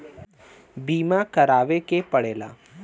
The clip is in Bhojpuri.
बीमा करावे के पड़ेला